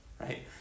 right